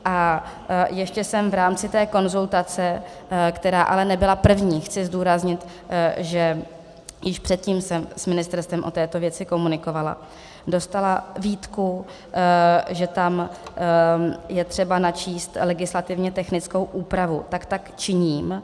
A ještě jsem v rámci té konzultace která ale nebyla první, chci zdůraznit, že již předtím jsem s ministerstvem o této věci komunikovala dostala výtku, že tam je třeba načíst legislativně technickou úpravu, takže tak činím.